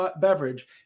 beverage